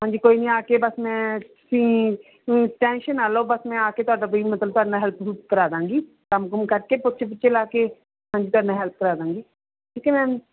ਹਾਂਜੀ ਕੋਈ ਨਹੀਂ ਆ ਕੇ ਬਸ ਮੈਂ ਤੁਸੀਂ ਤੁਸੀਂ ਟੈਂਸ਼ਨ ਨਾ ਲਓ ਬਸ ਮੈਂ ਆ ਕੇ ਤੁਹਾਡਾ ਵੀ ਮਤਲਬ ਤੁਹਾਡੇ ਨਾਲ ਹੈਲਪ ਹੁਲਪ ਕਰਾ ਦਾਂਗੀ ਕੰਮ ਕੁੰਮ ਕਰਕੇ ਪੋਚੇ ਪੁਚੇ ਲਾ ਕੇ ਹਾਂਜੀ ਤੁਹਾਡੇ ਨਾਲ ਹੈਲਪ ਕਰਾ ਦਾਂਗੀ ਠੀਕ ਹੈ ਮੈਮ